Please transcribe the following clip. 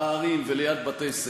הערים וליד בתי-ספר,